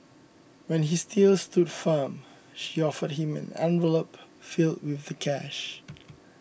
when he still stood firm she offered him an envelope filled with the cash